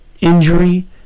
injury